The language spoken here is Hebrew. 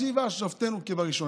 השיבה שופטינו כבראשונה.